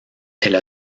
elle